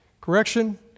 correction